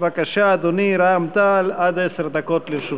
בבקשה, אדוני, רע"ם-תע"ל, עד עשר דקות לרשותך.